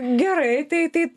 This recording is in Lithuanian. gerai tai tai